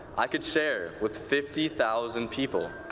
i can share with fifty thousand people.